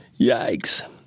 yikes